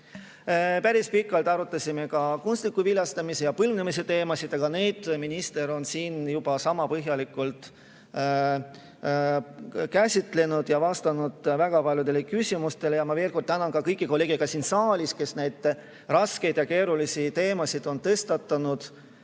Päris pikalt arutasime ka kunstliku viljastamise ja põlvnemise teemasid, aga neid minister on siin juba põhjalikult käsitlenud ja vastanud väga paljudele küsimustele. Ma veel kord tänan kõiki kolleege ka siin saalis, kes neid raskeid ja keerulisi teemasid on tõstatanud.